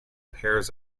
pairs